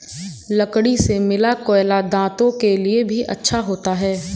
लकड़ी से मिला कोयला दांतों के लिए भी अच्छा होता है